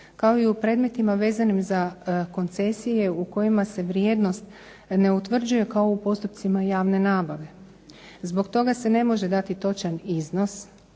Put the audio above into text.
kao i u predmetima vezanim za koncesije u kojima se vrijednost ne utvrđuje kao u postupcima javne nabave. Zbog toga se ne može dati točan iznos